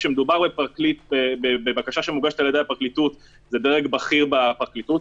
כשמדובר בבקשה שמוגשת על ידי הפרקליטות זה דרג בכיר בפרקליטות,